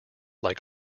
like